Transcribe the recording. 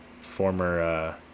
former